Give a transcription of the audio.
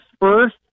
first